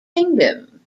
kingdom